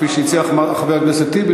כפי שהציע חבר הכנסת טיבי,